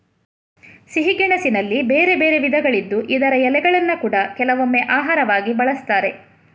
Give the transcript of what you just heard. ಸಿಹಿ ಗೆಣಸಿನಲ್ಲಿ ಬೇರೆ ಬೇರೆ ವಿಧಗಳಿದ್ದು ಇದರ ಎಲೆಗಳನ್ನ ಕೂಡಾ ಕೆಲವೊಮ್ಮೆ ಆಹಾರವಾಗಿ ಬಳಸ್ತಾರೆ